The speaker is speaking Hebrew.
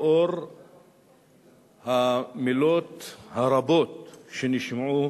לאור המלים הרבות שנשמעו